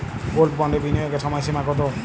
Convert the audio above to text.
Gold বন্ডে বিনিয়োগের সময়সীমা কতো?